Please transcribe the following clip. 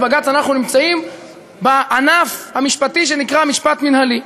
אנחנו נמצאים בענף המשפטי שנקרא משפט מינהלי.